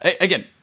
again